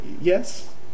yes